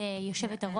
גברתי,